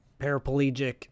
paraplegic